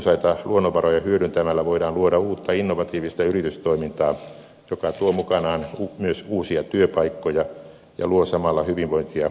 runsaita luonnonvaroja hyödyntämällä voidaan luoda uutta innovatiivista yritystoimintaa joka tuo mukanaan myös uusia työpaikkoja ja luo samalla hyvinvointia koko maahan